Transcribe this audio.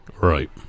Right